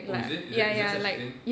oh is it is there is there such a thing